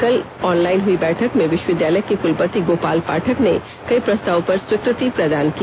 कल ऑनलाइन हुई बैठक में विष्वविद्यालय के कुलपति गोपाल पाठक ने कई प्रस्तावों पर स्वीकृति प्रदान की